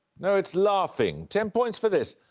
no, it's laughing. ten points for this.